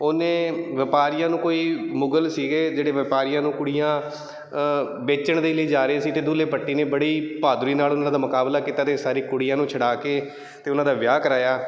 ਉਹਨੇ ਵਪਾਰੀਆਂ ਨੂੰ ਕੋਈ ਮੁਗਲ ਸੀਗੇ ਜਿਹੜੇ ਵਪਾਰੀਆਂ ਨੂੰ ਕੁੜੀਆਂ ਵੇਚਣ ਦੇ ਲਈ ਜਾ ਰਹੇ ਸੀ ਅਤੇ ਦੁੱਲੇ ਭੱਟੀ ਨੇ ਬੜੀ ਬਹਾਦਰੀ ਨਾਲ ਉਹਨਾਂ ਦਾ ਮੁਕਾਬਲਾ ਕੀਤਾ ਅਤੇ ਸਾਰੀਆਂ ਕੁੜੀਆਂ ਨੂੰ ਛਡਾ ਕੇ ਅਤੇ ਉਹਨਾਂ ਦਾ ਵਿਆਹ ਕਰਾਇਆ